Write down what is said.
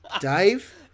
Dave